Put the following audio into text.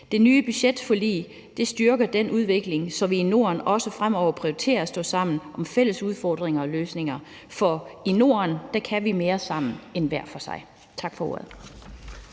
Det nye budgetforlig styrker den udvikling, så vi i Norden også fremover prioriterer at stå sammen om fælles udfordringer og løsninger. For i Norden kan vi mere sammen end hver for sig. Tak for ordet.